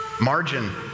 Margin